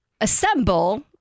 assemble